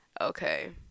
Okay